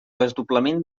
desdoblament